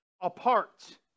apart